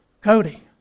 Cody